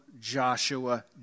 Joshua